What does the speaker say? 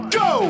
go